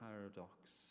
paradox